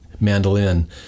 mandolin